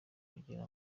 kugira